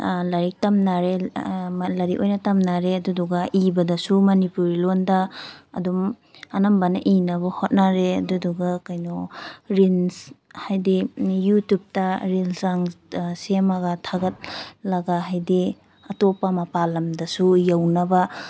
ꯂꯥꯏꯔꯤꯛ ꯇꯝꯅꯔꯦ ꯂꯥꯏꯔꯤꯛ ꯑꯣꯏꯅ ꯇꯝꯅꯔꯦ ꯑꯗꯨꯗꯨꯒ ꯏꯕꯗꯁꯨ ꯃꯅꯤꯄꯨꯔꯤ ꯂꯣꯟꯗ ꯑꯗꯨꯝ ꯑꯅꯝꯕꯅ ꯏꯅꯕ ꯍꯣꯠꯅꯔꯦ ꯑꯗꯨꯗꯨꯒ ꯀꯩꯅꯣ ꯔꯤꯟꯁ ꯍꯥꯏꯗꯤ ꯌꯨꯇꯤꯌꯨꯕꯇ ꯔꯤꯜꯁ ꯂꯥꯡ ꯁꯦꯝꯃꯒ ꯊꯥꯒꯠꯂꯒ ꯍꯥꯏꯗꯤ ꯑꯇꯣꯞꯄ ꯃꯄꯥꯟ ꯂꯝꯗꯁꯨ ꯌꯧꯅꯕ